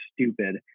stupid